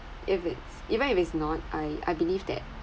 if it's even if it's not I I believe that